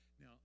Now